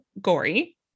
gory